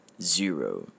zero